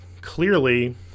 clearly